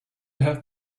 have